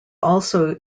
also